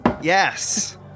Yes